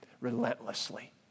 relentlessly